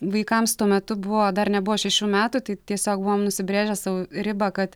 vaikams tuo metu buvo dar nebuvo šešių metų tai tiesiog buvom nusibrėžę sau ribą kad